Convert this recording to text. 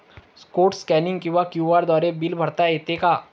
Code scanning किंवा QR द्वारे bill भरता येते का?